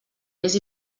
més